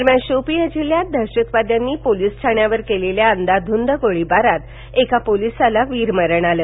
दरम्यान शोपियाँ जिल्ह्यात दहशतवाद्यांनी पोलीस ठाण्यावर केलेल्या अंदाधुंद गोळीबारात एका पोलिसाला वीरमरण आलं